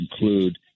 include –